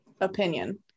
opinion